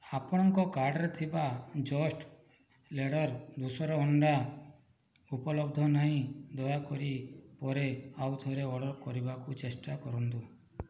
ଆପଣଙ୍କ କାର୍ଟରେ ଥିବା ଜଷ୍ଟ ଲେଡ଼୍ର ଧୂସର ଅଣ୍ଡା ଉପଲବ୍ଧ ନାହିଁ ଦୟାକରି ପରେ ଆଉ ଥରେ ଅର୍ଡ଼ର କରିବାକୁ ଚେଷ୍ଟା କରନ୍ତୁ